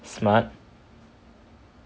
smart